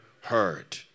heard